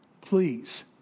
please